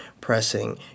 pressing